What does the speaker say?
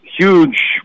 Huge